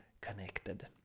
connected